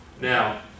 Now